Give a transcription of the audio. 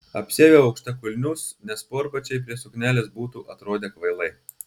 apsiaviau aukštakulnius nes sportbačiai prie suknelės būtų atrodę kvailai